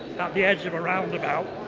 the edge of a roundabout,